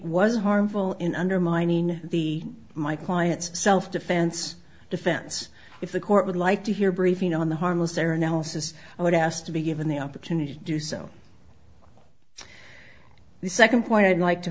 was harmful in undermining the my client's self defense defense if the court would like to hear briefing on the harmless error analysis i would ask to be given the opportunity to do so the second point i'd like to